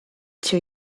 two